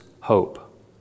hope